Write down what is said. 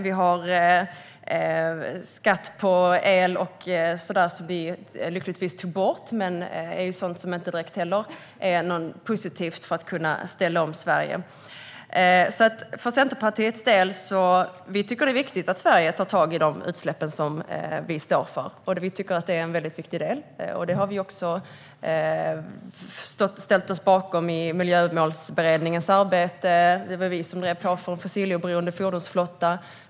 Vi har skatt på el, som lyckligtvis togs bort. Sådant är heller inte direkt positivt för att kunna ställa om Sverige. Centerpartiet tycker att det är viktigt att Sverige tar tag i de utsläpp vi har. Det är en viktig del, och detta har vi ställt oss bakom i Miljömålsberedningens arbete. Det var vi som drev på för en fossiloberoende fordonsflotta.